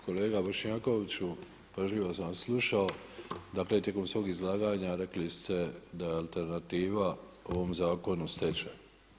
Kolega Bošnjakoviću, pažljivo sam vas slušao, dakle tijekom svog izlaganja rekli ste da je alternativa ovom zakonu stečaj.